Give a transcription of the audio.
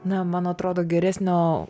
na man atrodo geresnio